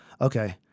Okay